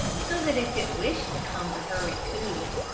so that if it wished to come to her it could.